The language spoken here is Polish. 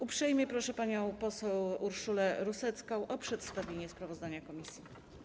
Uprzejmie proszę panią poseł Urszulę Rusecką o przedstawienie sprawozdania komisji.